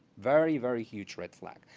very, very huge red flag.